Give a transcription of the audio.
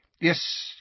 Yes